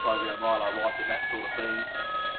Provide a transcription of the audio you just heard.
program ryla rypen and that sort of thing